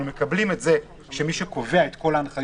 אנחנו מקבלים את זה שמי שקובע את כל ההנחיות,